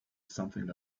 something